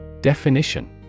Definition